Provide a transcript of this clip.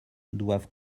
doivent